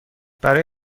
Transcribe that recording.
برای